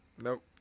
Nope